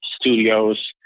Studios